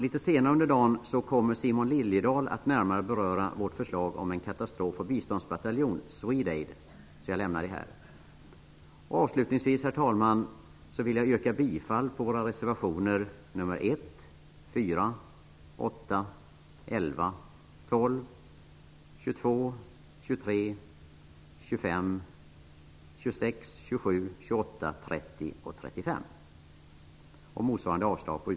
Litet senare under dagen kommer Simon Liliedahl att närmare beröra vårt förslag om en katastrof och biståndsbataljon, Swedaid, varför jag inte går in på den frågan här. Herr talman! Avslutningsvis vill jag yrka bifall till våra reservationer 1, 4, 8, 11, 12, 22, 23, 25, 26, 27,